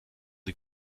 die